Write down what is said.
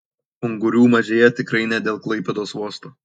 ungurių mažėja tikrai ne dėl klaipėdos uosto